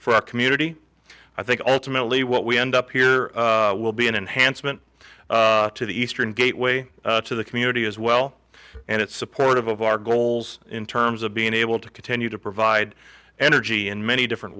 for our community i think ultimately what we end up here will be an enhancement to the eastern gateway to the community as well and it's supportive of our goals in terms of being able to continue to provide energy in many different